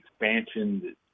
expansion